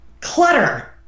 clutter